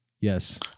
Yes